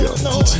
No